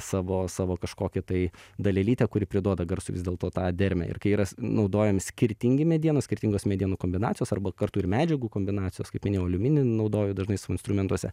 savo savo kažkokią tai dalelytę kuri priduoda garsui vis dėlto tą dermę ir kai yra naudojami skirtingi medienos skirtingos medienų kombinacijos arba kartu ir medžiagų kombinacijos kaip minėjau aliuminį naudoju dažnai savo instrumentuose